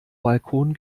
balkon